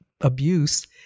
abuse